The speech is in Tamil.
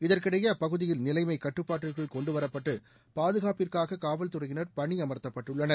இதற்கிடையே அப்பகுதியில் நிலைமை கட்டுப்பாட்டுக்குள் கொண்டு வரப்பட்டு பாதுகாப்பிற்காக காவல்துறையினர் பணியமர்த்தப்பட்டுள்ளனர்